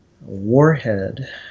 Warhead